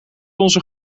onze